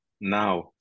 now